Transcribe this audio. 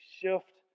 shift